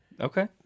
Okay